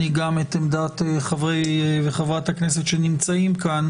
גם את עמדת חברי וחברות הכנסת שנמצאים כאן